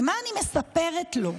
ומה אני מספרת לו?